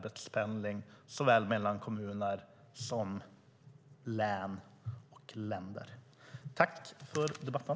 Jag tackar för debatten.